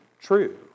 true